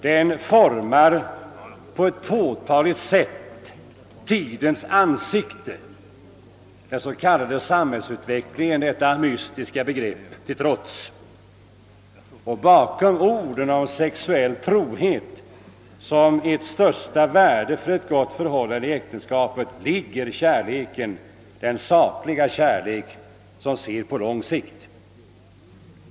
Den formar på ett påtagligt sätt tidens ansikte, den så kallade samhällsutvecklingen — detta mystiska begrepp — till trots. Och bakom orden om sexuell trohet som det största värdet för ett gott förhållande i äktenskapet ligger kärleken, den sakliga kärleken, som ser på lång sikt.